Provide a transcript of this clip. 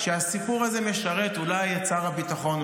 הסיפור הזה משרת את שר הביטחון?